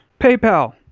PayPal